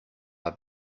have